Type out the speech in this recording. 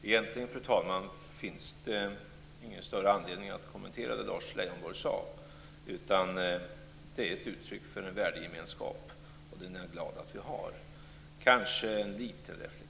Fru talman! Egentligen finns det ingen större anledning att kommentera det som Lars Leijonborg sade, utan det är ett uttryck för en värdegemenskap som jag är glad för att vi har. Kanske ändå en liten reflexion.